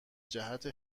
جهت